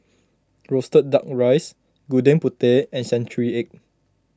Roasted Duck Rice Gudeg Putih and Century Egg